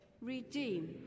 redeem